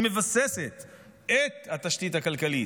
היא מבססת את התשתית הכלכלית,